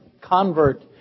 convert